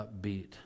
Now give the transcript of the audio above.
upbeat